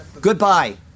Goodbye